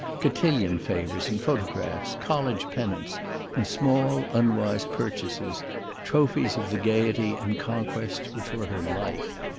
cotillion favors and photographs, college pennants and small unwise purchases trophies of the gayety and conquest which were her life.